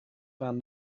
found